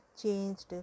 changed